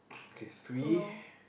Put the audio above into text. okay three